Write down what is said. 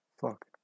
Fuck